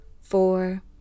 four